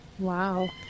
wow